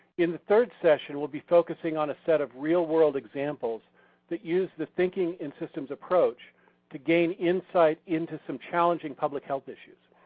in the third session we'll be focusing on a set of real world examples that use the thinking in systems approach to gain insight into some challenging public health issues.